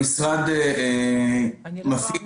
המשרד מפעיל